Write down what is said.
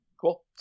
Cool